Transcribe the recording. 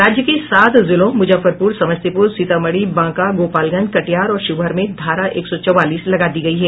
राज्य के सात जिलों मुजफ्फरपुर समस्तीपुर सीतामढी बांका गोपालगंज कटिहार और शिवहर में ेधारा एक सौ चौवालीस लगा दी गयी है